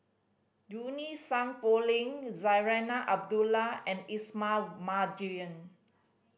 Junie Sng Poh Leng Zarinah Abdullah and Ismail Marjan